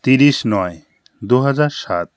তিরিশ নয় দু হাজার সাত